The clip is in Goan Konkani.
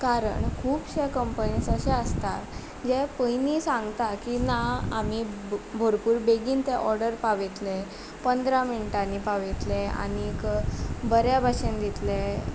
कारण खुबश्या कंपनीज अशे आसता जे पयनीं सांगता की ना आमी भोरपूर बेगीन ते ऑर्डर पावयतले पंदरा मिनटांनी पावयतले आनीक बऱ्या भशेन दितले